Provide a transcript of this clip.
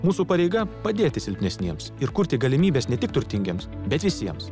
mūsų pareiga padėti silpnesniems ir kurti galimybes ne tik turtingiems bet visiems